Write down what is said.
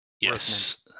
Yes